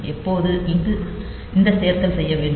எப்போது இந்த சேர்த்தல் செய்ய வேண்டும்